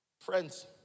Friends